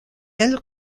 elle